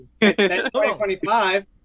2025